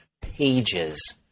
pages